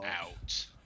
out